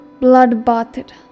blood-bathed